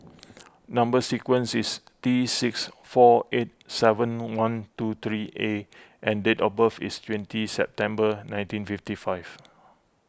Number Sequence is T six four eight seven one two three A and date of birth is twenty September nineteen fifty five